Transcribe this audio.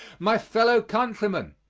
my fellow-countrymen,